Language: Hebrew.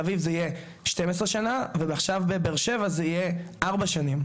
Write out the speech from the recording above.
אביב זה יהיה 12 שנה ובבאר שבע זה יהיה 4 שנים.